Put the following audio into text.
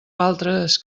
altres